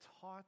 taught